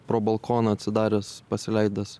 pro balkoną atsidaręs pasileidęs